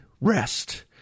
rest